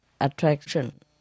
attraction